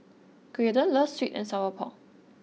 Graydon loves Sweet and Sour Pork